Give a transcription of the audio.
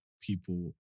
people